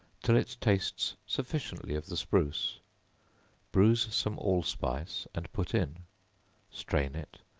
till it tastes sufficiently of the spruce bruise some allspice, and put in strain it,